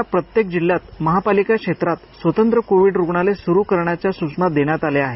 प्रशासनाला प्रत्येक जिल्ह्यात महापालिका क्षेत्रात स्वंतत्र कोविड रूग्णालय सुरू करण्याच्या सूचना देण्यात आल्या आहेत